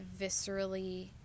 viscerally